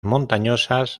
montañosas